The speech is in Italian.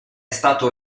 stato